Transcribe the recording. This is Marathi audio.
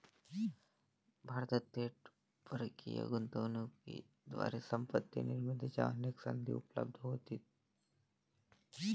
भारतात थेट परकीय गुंतवणुकीद्वारे संपत्ती निर्मितीच्या अनेक संधी उपलब्ध होतील